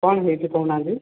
କ'ଣ ହେଇଛି କହୁନାହାଁନ୍ତି